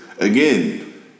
Again